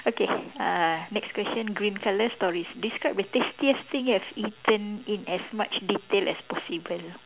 okay uh next question green colour stories describe the tastiest thing you have eaten in as much detail as possible